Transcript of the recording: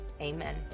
amen